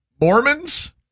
Mormons